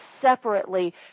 separately